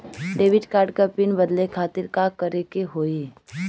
Debit card क PIN बदले खातिर का करेके होई?